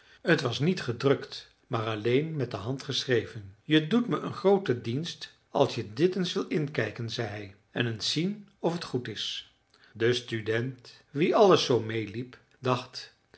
t was niet gedrukt maar alleen met de hand geschreven je doet me een grooten dienst als je dit eens wilt inkijken zei hij en eens zien of het goed is de student wien alles zoo meêliep dacht